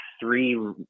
three